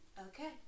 Okay